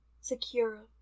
secure